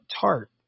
Tart